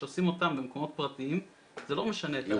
כשעושים אותם במקומות פרטיים זה לא משנה את ההדבקה.